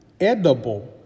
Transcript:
edible